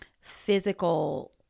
physical